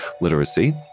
literacy